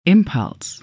Impulse